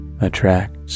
attracts